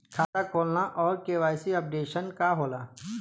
खाता खोलना और के.वाइ.सी अपडेशन का होला?